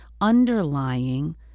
underlying